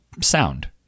sound